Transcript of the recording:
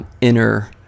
inner